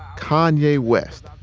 kanye west.